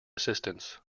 assistance